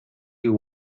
you